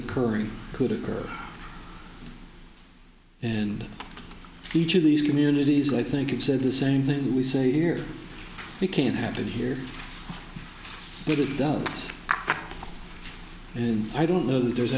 occurring could occur and each of these communities i think it said the same thing we say here we can't have it here but it does and i don't know that there's